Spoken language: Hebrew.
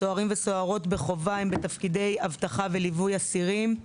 סוהרים וסוהרות בחובה הם בתפקידי אבטחה וליווי אסירים.